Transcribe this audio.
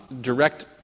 Direct